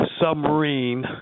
submarine